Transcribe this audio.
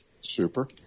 Super